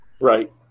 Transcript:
Right